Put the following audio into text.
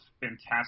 fantastic